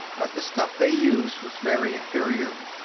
but the stuff they used was very inferior.